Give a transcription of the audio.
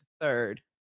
third